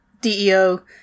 DEO